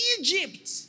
Egypt